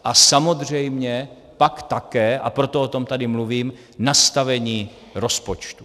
A samozřejmě pak také, a proto o tom tady mluvím, nastavení rozpočtu.